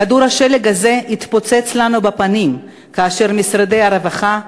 כדור השלג הזה יתפוצץ לנו בפנים כאשר משרד הרווחה,